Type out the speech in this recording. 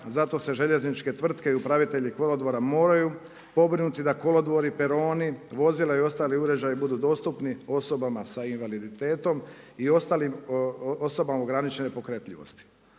zato se željezničke tvrtke i upravitelji kolodvora moraju pobrinuti da kolodvori, peroni, vozila i ostali uređaju budu dostupni osoba sa invaliditetom, i ostalim osobama ograničene pokretljivosti.